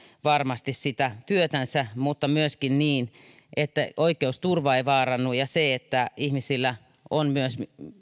varmasti sitä työtänsä mutta myöskin niin että oikeusturva ei vaarannu ja pitäisi huomioida myös se että ihmisillä on myös